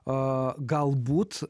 o galbūt